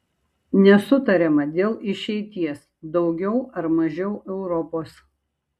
nesutariama dėl išeities daugiau ar mažiau europos